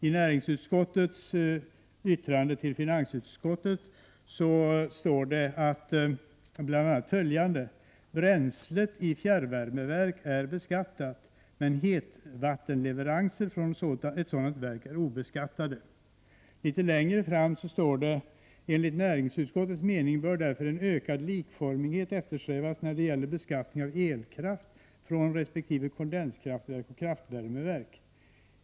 I näringsutskottets yttrande till finansutskottet står bl.a. följande: ”Bränslet i fjärrvärmeverk är beskattat, medan hetvattenleveranser från ett sådant verk är obeskattade.” Litet längre fram står det: ”Enligt näringsutskottets mening bör därför en ökad likformighet eftersträvas när det gäller beskattningen av elkraft från resp. kondenskraftverk och kraftvärmeverk.